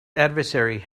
adversary